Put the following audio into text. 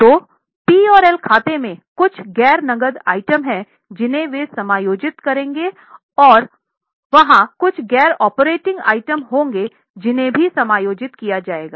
तो पी और एल खाते में कुछ गैर नकद आइटम हैं जिन्हें वे समायोजित करेंगे वहां कुछ गैर ऑपरेटिंग आइटम होंगे जिन्हें भी समायोजित किया जायेगा